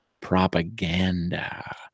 propaganda